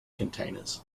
containers